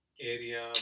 area